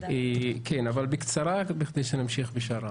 אבל בקצרה כדי שנוכל להמשיך.